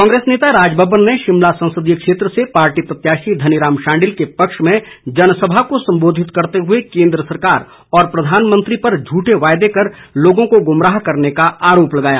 कांग्रेस नेता राजबब्बर ने शिमला संसदीय क्षेत्र से पार्टी प्रत्याशी धनीरम शांडिल के पक्ष में जनसभा को संबोधित करते हुए केन्द्र सरकार और प्रधानमंत्री पर झठे वायदे कर लोगों को गुमराह करने का आरोप लगाया